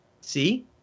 See